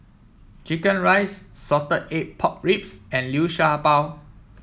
chicken rice Salted Egg Pork Ribs and Liu Sha Bao